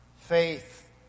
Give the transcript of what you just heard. faith